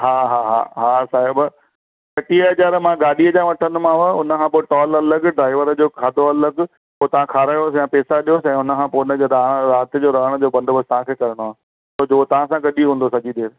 हा हा हा हा साहिब टेटीह हज़ार मां गाॾीअ जा वठंदोमांव हुन खां पोइ टोल अलॻि ड्राइवर जो खाधो अलॻि पोइ तव्हां खारायोसि या पैसा ॾियोसि हुन जो राति जो रहण जो बंदोबस्त तव्हां खे करिणो आहे तव्हां सां गॾु ई हूंदो सॼी देर